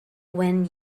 when